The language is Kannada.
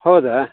ಹೌದಾ